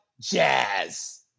Jazz